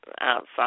outside